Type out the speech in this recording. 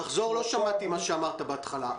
תחזור, לא שמעתי מה אמרת בהתחלה.